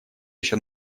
еще